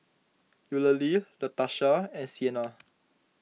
Eulalie Latasha and Siena